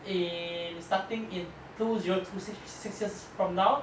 in starting in two zero two six six years from now